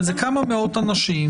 אבל זה כמה מאות אנשים,